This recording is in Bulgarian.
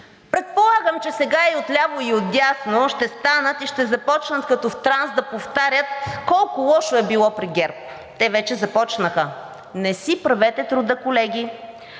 Предполагам, че сега и от ляво, и от дясно ще станат и ще започнат като в транс да повтарят колко лошо е било при ГЕРБ. Те вече започнаха. Не си правете труда, колеги!